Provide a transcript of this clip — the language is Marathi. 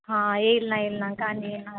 हां येईल ना येईल ना का नाही येणार